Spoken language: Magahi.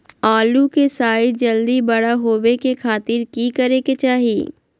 आलू के साइज जल्दी बड़ा होबे के खातिर की करे के चाही?